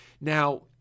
Now